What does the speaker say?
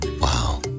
Wow